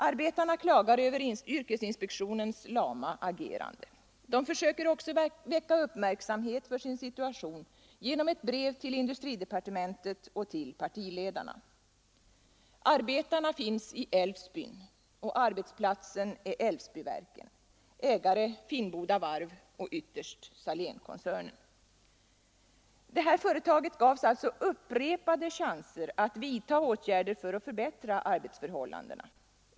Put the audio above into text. Arbetarna klagar över yrkesinspektionens agerande. De försöker också väcka uppmärksamhet för sin situation genom ett brev till industridepartementet och till partiledarna. Arbetarna finns i Älvsbyn och arbetsplatsen är Älvsbyverken, ägare Finnboda Varf och ytterst Salénkoncernen. Det här företaget gavs alltså upprepade chanser att vidta åtgärder för att förbättra arbetsförhållandena.